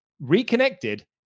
reconnected